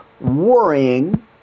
worrying